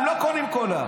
הם לא קונים קולה.